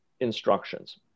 instructions